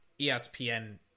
ESPN